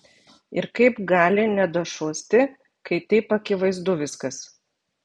ir kaip gali nedašusti kai taip akivaizdu viskas